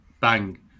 bang